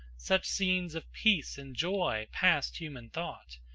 such scenes of peace and joy past human thought,